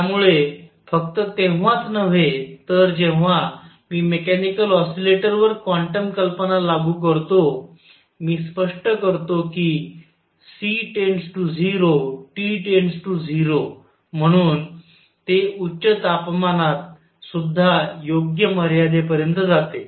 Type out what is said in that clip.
त्यामुळे फक्त तेव्हाच नव्हे तर जेव्हा मी मेकॅनिकल ऑसिलेटरवर क्वांटम कल्पना लागू करतो मी स्पष्ट करतो की C → 0 T → 0 म्हणून ते उच्च तापमानात सुद्धा योग्य मर्यादेपर्यंत जाते